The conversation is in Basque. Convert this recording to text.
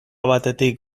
batetik